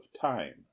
time